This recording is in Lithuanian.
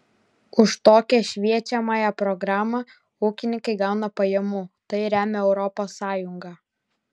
už tokią šviečiamąją programą ūkininkai gauna pajamų tai remia europos sąjunga